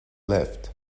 left